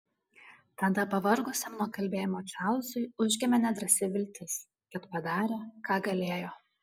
tada pavargusiam nuo kalbėjimo čarlzui užgimė nedrąsi viltis kad padarė ką galėjo